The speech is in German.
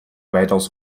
weitaus